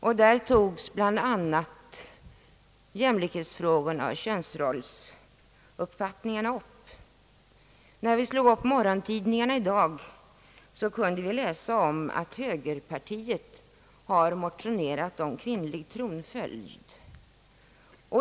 I dessa togs bl.a. jämlikhetsfrågorna och könsrollsfrågorna upp. När vi slog upp morgontidningarna i dag kunde vi läsa om att högerpartiet har motionerat om kvinnlig tronföljd.